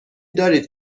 دارید